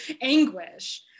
anguish